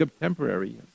temporary